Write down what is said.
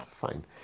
fine